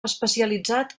especialitzat